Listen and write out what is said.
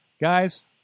Guys